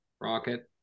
Rocket